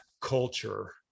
culture